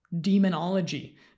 demonology